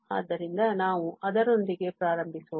ಆದ್ದರಿಂದ ನಾವು ಅದರೊಂದಿಗೆ ಪ್ರಾರಂಭಿಸೋಣ